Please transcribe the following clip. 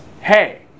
hey